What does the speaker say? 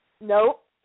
Nope